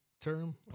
term